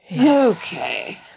Okay